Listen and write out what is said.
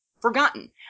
forgotten